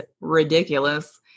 ridiculous